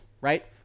right